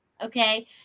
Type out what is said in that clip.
Okay